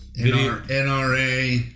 NRA